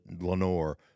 Lenore